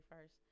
first